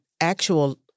actual